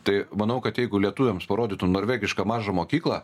tai manau kad jeigu lietuviams parodytų norvegišką mažą mokyklą